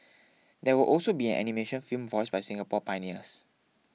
there will also be an animation film voiced by Singapore pioneers